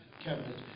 Cabinet